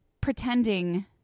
pretending